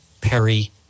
Perry